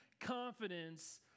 confidence